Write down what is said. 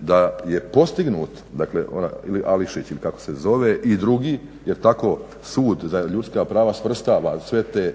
da je postignut ili onaj Ališić kako se zove i drugi jel tako sud za ljudska prava svrstava sve te